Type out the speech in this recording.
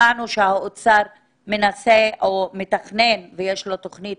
שמענו שהאוצר מנסה או מתכנן ושיש לו תוכנית